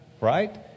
right